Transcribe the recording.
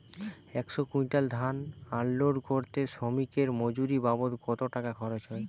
একশো কুইন্টাল ধান আনলোড করতে শ্রমিকের মজুরি বাবদ কত টাকা খরচ হয়?